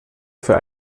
für